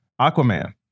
Aquaman